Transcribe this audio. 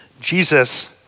Jesus